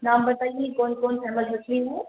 نام بتائیے کون کون سیمل مچھلی ہے